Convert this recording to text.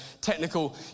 technical